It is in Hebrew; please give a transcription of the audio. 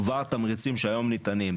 כבר תמריצים שהיום ניתנים.